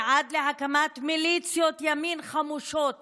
ועד להקמת מיליציות ימין חמושות